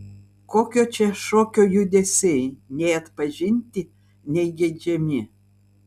kokio čia šokio judesiai nei atpažinti nei geidžiami